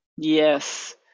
Yes